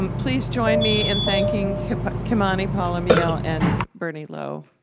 um please join me in thanking kimani paul-emile and bernie lo.